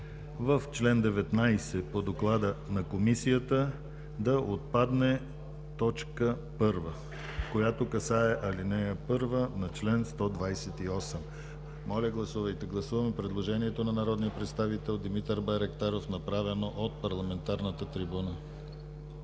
в чл. 19 по доклада на Комисията да отпадне т. 1, която касае ал. 1 на чл. 128. Гласуваме предложението на народния представител Димитър Байрактаров, направено от парламентарната трибуна.